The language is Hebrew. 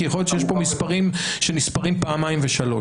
כי יכול להיות שיש פה מספרים שנספרים פעמיים ושלוש.